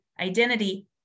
identity